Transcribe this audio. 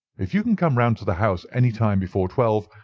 if you can come round to the house any time before twelve,